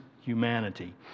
humanity